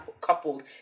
coupled